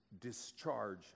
discharge